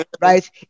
right